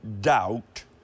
doubt